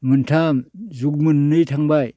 मोनथाम जुग मोननै थांबाय